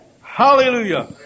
Hallelujah